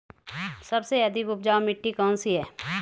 सबसे अधिक उपजाऊ मिट्टी कौन सी है?